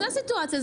זו הסיטואציה.